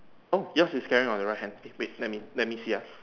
oh yours is carrying on the right hand wait let me let me see ya